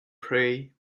pray